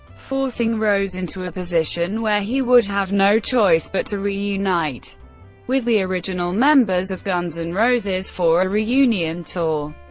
forcing rose into a position where he would have no choice, but to reunite with the original members of guns n' and roses for a reunion tour.